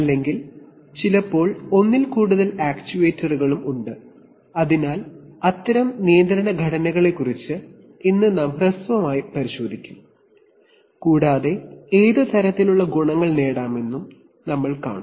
അല്ലെങ്കിൽ ചിലപ്പോൾ ഒന്നിൽ കൂടുതൽ ആക്യുവേറ്ററുകളും ഉണ്ട് അതിനാൽ അത്തരം നിയന്ത്രണ ഘടനകളെക്കുറിച്ച് ഇന്ന് നാം ഹ്രസ്വമായി പരിശോധിക്കും കൂടാതെ ഏത് തരത്തിലുള്ള ഗുണങ്ങൾ നേടാമെന്നും നമ്മൾ കാണും